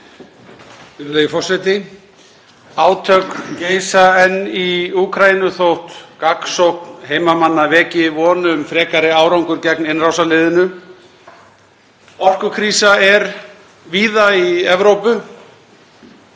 Virðulegi forseti. Átök geisa enn í Úkraínu þótt gagnsókn heimamanna veki von um frekari árangur gegn innrásarliðinu. Orkukrísa er víða í Evrópu.